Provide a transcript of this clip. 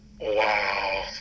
Wow